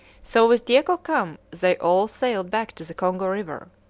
so with diego cam they all sailed back to the congo river.